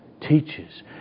teaches